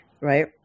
right